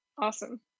Awesome